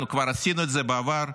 אנחנו כבר עשינו את זה בעבר,